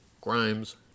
Grimes